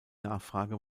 nachfrage